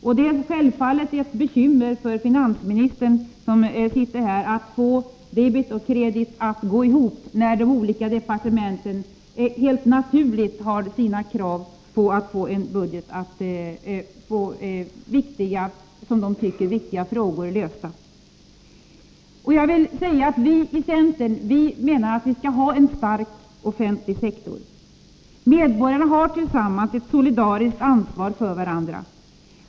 Och det är självfallet ett bekymmer för finansministern, som sitter här, att få debet och kredit att gå ihop när de olika departementen helt naturligt har sina krav på att få som de tycker viktiga frågor lösta. Vi i centern menar att vi skall ha en stark offentlig sektor. Medborgarna har tillsammans ett solidariskt ansvar för varandra.